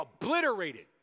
obliterated